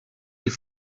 die